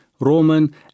Roman